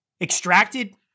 extracted